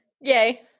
Yay